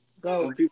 go